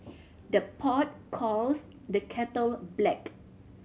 the pot calls the kettle black